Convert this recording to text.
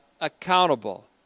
accountable